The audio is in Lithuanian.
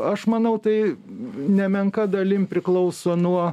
aš manau tai nemenka dalim priklauso nuo